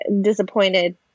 disappointed